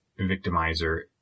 victimizer